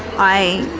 i